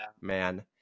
man